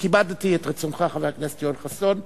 אני כיבדתי את רצונך, חבר הכנסת יואל חסון,